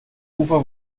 ufer